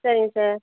சரிங்க சார்